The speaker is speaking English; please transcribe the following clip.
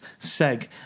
Seg